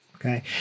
Okay